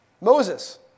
Moses